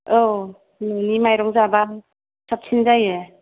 औ न'नि मायरं जाबा साबसिन जायो